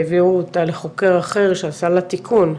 העבירו אותה לחוקר אחר שעשה לה תיקון,